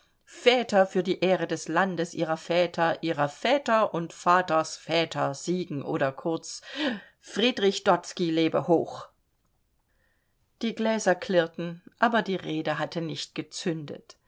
väter für die ehre des landes ihrer väter ihrer väter und vatersväter siegen oder kurz friedrich dotzky lebe hoch die gläser klirrten aber die rede hatte nicht gezündet